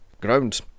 ground